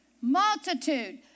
multitude